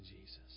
Jesus